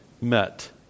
met